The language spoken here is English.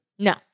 No